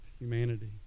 humanity